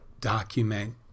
document